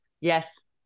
yes